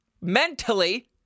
Mentally